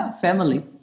family